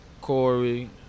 Corey